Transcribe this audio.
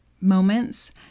moments